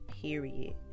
period